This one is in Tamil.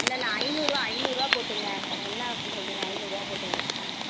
இல்லைல்ல ஐந்நூறுபா ஐந்நூறுபா போட்டுக்கங்க என்ன இப்படி சொல்கிறீங்க ஐந்நூறுபா போட்டுக்கங்க ஆ